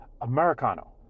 Americano